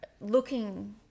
looking